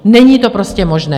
Není to prostě možné.